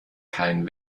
kein